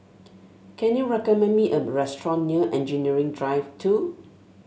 can you recommend me a restaurant near Engineering Drive Two